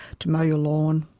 to mow your lawn,